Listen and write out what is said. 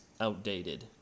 outdated